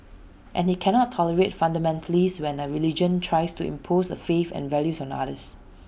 and he cannot tolerate fundamentalists when A religion tries to impose A faith and values on others